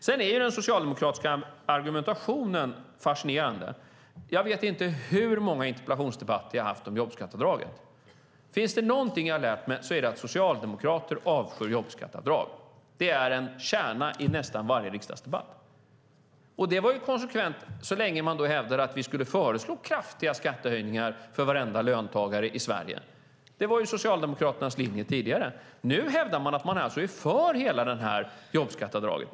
Den socialdemokratiska argumentationen är fascinerande. Jag vet inte hur många interpellationsdebatter som jag har haft om jobbskatteavdragen. Finns det någonting som jag har lärt mig är det att socialdemokrater avskyr jobbskatteavdrag. Det är en kärna i nästan varje riksdagsdebatt. Det var konsekvent så länge som man hävdade att vi skulle föreslå kraftiga skattehöjningar för varenda löntagare i Sverige. Det var ju Socialdemokraternas linje tidigare. Nu hävdar man att man alltså är för hela jobbskatteavdraget.